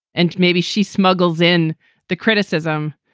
and maybe she smuggles in the criticism.